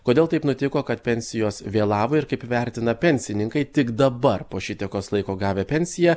kodėl taip nutiko kad pensijos vėlavo ir kaip vertina pensininkai tik dabar po šitiekos laiko gavę pensiją